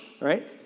right